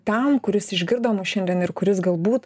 tam kuris išgirdo mus šiandien ir kuris galbūt